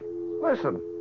Listen